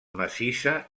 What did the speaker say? massissa